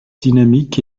dynamique